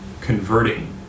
converting